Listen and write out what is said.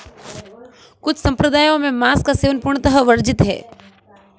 कुछ सम्प्रदायों में मांस का सेवन पूर्णतः वर्जित है